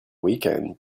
weekend